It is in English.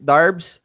Darbs